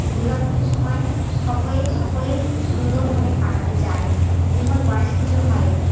দুর্গা পুজোর সময় সবাই সকলেই সুন্দরভাবে কাটাতে চায় যেমন গণেশ পুজো হয়